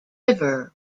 river